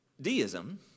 Deism